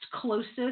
closest